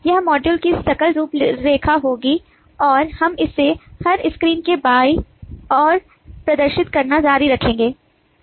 यह मॉड्यूल की सकल रूपरेखा होगी और हम इसे हर स्क्रीन के बाईं ओर प्रदर्शित करना जारी रखेंगे